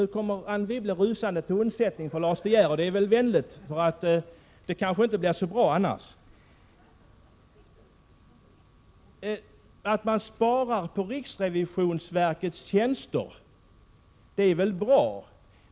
Nu kommer Anne Wibble till Lars De Geers undsättning. Det är väl vänligt, eftersom det annars kanske inte blir så bra. Att man spar på riksrevisionsverkets tjänster är väl bra.